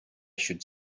should